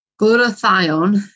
glutathione